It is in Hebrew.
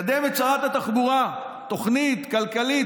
מקדמת שרת התחבורה תוכנית כלכלית,